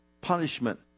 punishment